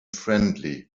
friendly